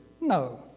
No